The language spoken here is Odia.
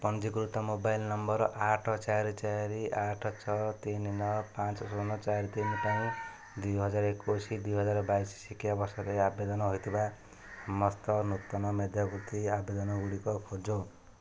ପଞ୍ଜୀକୃତ ମୋବାଇଲ ନମ୍ବର ଆଠ ଚାରି ଚାରି ଆଠ ଛଅ ତିନି ନଅ ପାଞ୍ଚ ଶୂନ ଚାରି ତିନି ପାଇଁ ଦୁଇହଜାର ଏକୋଇଶ ଦୁଇହଜାରେ ବାଇଶ ଶିକ୍ଷାବର୍ଷରେ ଆବେଦନ ହୋଇଥିବା ସମସ୍ତ ନୂତନ ମେଧାବୃତ୍ତି ଆବେଦନ ଗୁଡ଼ିକ ଖୋଜ